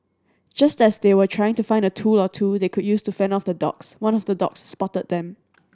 just as they were trying to find a tool or two that they could use to fend off the dogs one of the dogs spotted them